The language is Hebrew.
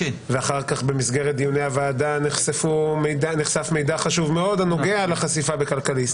אחר כך במסגרת דיוני הוועדה נחשף מידע חשוב מאוד הנוגע לחשיפה בכלכליסט.